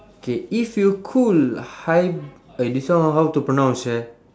okay if you could hy~ this one how to pronounce sia